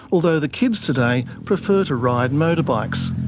although the kids today prefer to ride motorbikes.